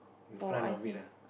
in front of it ah